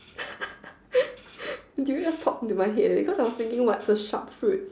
durian just popped into my head eh cause I was thinking what's a sharp fruit